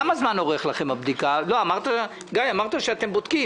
אמרת שאתם בודקים.